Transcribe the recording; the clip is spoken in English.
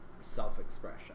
self-expression